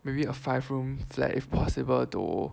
maybe a five room flat if possible though